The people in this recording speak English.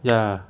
ya